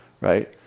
right